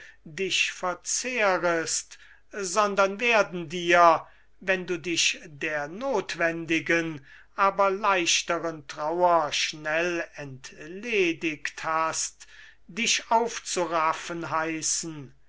dich verzehrest sondern werden dir wenn du dich der nothwendigen aber leichteren trauer schnell entledigt hast dich aufzuraffen heißen